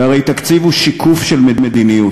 והרי תקציב הוא שיקוף של מדיניות,